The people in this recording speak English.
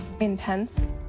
Intense